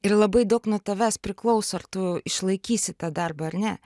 ir labai daug nuo tavęs priklauso ar tu išlaikysi tą darbą ar ne